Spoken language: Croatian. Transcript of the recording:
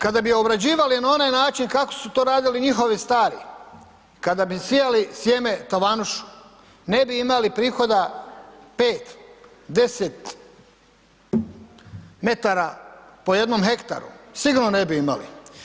Kada bi je obrađivali na onaj način kako su to radili njihovi stari, kada bi sijali sjeme tavanušu, ne bi imali prihoda 5, 10 m po jednom hektaru, sigurno ne bi imali.